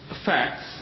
facts